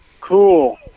Cool